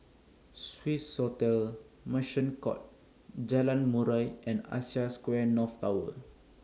Swissotel Merchant Court Jalan Murai and Asia Square North Tower